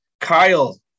Kyle